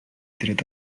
tret